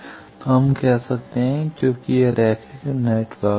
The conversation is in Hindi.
तो हम यह कह सकते हैं क्योंकि यह रैखिक नेटवर्क है